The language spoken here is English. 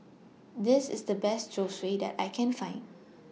This IS The Best Zosui that I Can Find